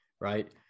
Right